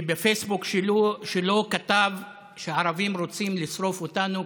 שבפייסבוק שלו כתב שהערבים רוצים לשרוף אותנו,